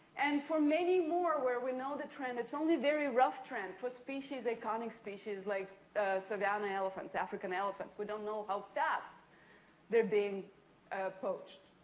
and for many more where we know the trend, it's only very rough trend for species, iconic species like savanna elephants, african elephants, we don't know how fast they're being poached.